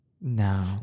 No